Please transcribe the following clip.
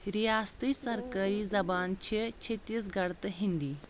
رِیاستٕچ سرکٲری زَبان چھِ چٔھتیٖس گَڑ تہٕ ہِنٛدی